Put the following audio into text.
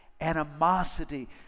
animosity